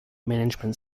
management